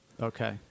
Okay